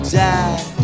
die